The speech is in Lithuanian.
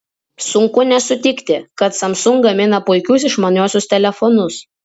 sunku nesutikti kad samsung gamina puikius išmaniuosius telefonus